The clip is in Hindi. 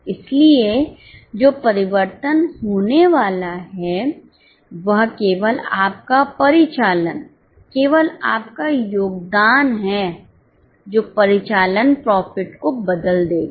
इसलिए जो परिवर्तन होने वाला है वह केवल आपका परिचालन केवल आपका योगदान है जो परिचालन प्रॉफिट को बदल देगा